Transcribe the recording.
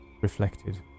reflected